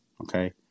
Okay